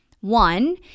one